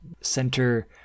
center